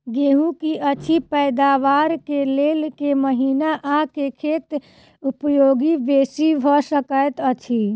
गेंहूँ की अछि पैदावार केँ लेल केँ महीना आ केँ खाद उपयोगी बेसी भऽ सकैत अछि?